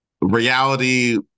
reality